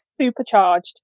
supercharged